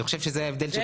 אני חושב שזה ההבדל.